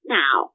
now